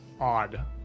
odd